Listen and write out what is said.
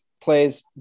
plays